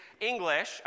English